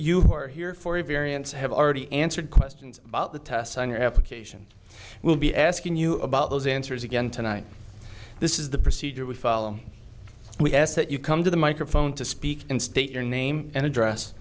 variance have already answered questions about the tests on your application we'll be asking you about those answers again tonight this is the procedure we follow we ask that you come to the microphone to speak and state your name and address